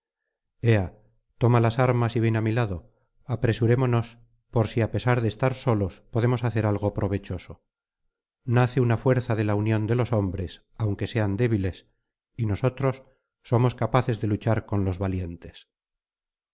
toma las armas y ven á mi lado apresurémonos por si á pesar de estar solos podemos hacer algo provechoso nace una fuerza de la unión de los hombres aunque sean débiles y nosotros somos capaces de luchar con los valientes